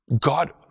God